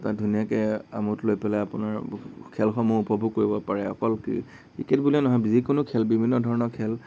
ধুনীয়াকে আমোদ লৈ পেলাই আপোনাৰ খেলসমূহ উপভোগ কৰিব পাৰে অকল কি ক্ৰিকেট বুলিয়েই নহয় যিকোনো খেল বিভিন্ন ধৰণৰ খেল